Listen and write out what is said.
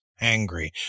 angry